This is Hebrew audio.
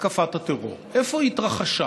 התקפת הטרור, איפה היא התרחשה.